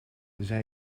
zij